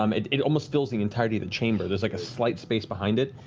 um it it almost fills the entirety of the chamber. there's like a slight space behind it,